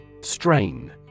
Strain